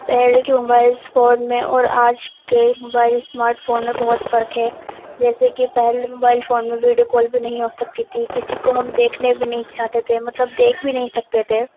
پہلے کے mobiles phone میں اور آج کے موبائلز اسمارٹ فون میں بہت فرق ہے جیسے کہ پہلے موبائل فون میں ویڈیو کال بھی نہیں ہو سکتی تھی کسی کو ہم دیکھنے بھی نہیں چاہتے تھے مطلب دیکھ بھی نہیں سکتے تھے